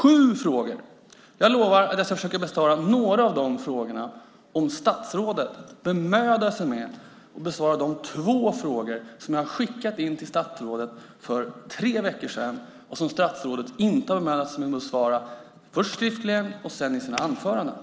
Jag lovar att jag ska försöka besvara några av de frågorna om statsrådet bemödar sig om att besvara de två frågor som jag skickade in till statsrådet för tre veckor sedan och som statsrådet inte har bemödat sig om att besvara - först skriftligen och sedan i sina anföranden.